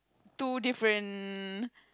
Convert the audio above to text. two different